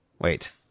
Wait